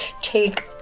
take